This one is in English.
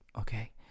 Okay